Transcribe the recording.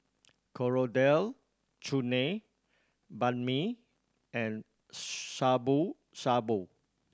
Coriander Chutney Banh Mi and Shabu Shabu